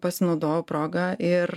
pasinaudojau proga ir